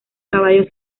caballos